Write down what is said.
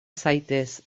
zaitez